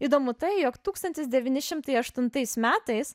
įdomu tai jog tūkstantis devyni šimtai aštuntais metais